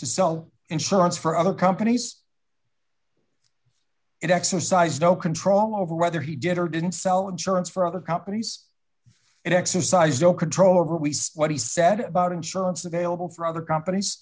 to sell insurance for other companies it exercised no control over whether he did or didn't sell insurance for other companies it exercised no control over what he said about insurance available for other companies